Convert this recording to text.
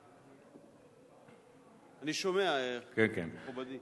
אני שומע, מכובדי.